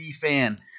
fan